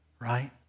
Right